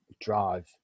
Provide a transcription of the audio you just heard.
drive